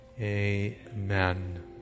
Amen